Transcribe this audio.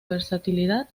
versatilidad